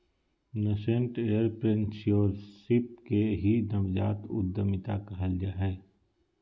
nascent entrepreneurship के ही नवजात उद्यमिता कहल जा हय